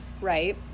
Right